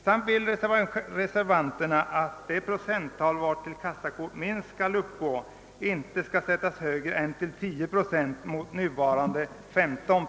Reservanterna önskar vidare att det procenttal, vartill kassakvot minst skall uppgå, inte skall sättas högre än till 10 mot nuvarande 15.